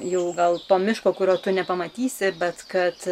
jau gal po miško kurio tu nepamatysi bet kad